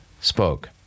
spoke